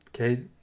okay